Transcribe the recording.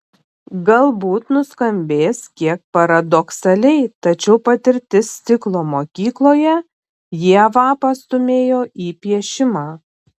galbūt nuskambės kiek paradoksaliai tačiau patirtis stiklo mokykloje ievą pastūmėjo į piešimą